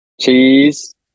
Cheese